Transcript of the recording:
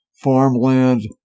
farmland